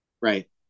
Right